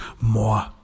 more